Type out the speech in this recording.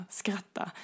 skratta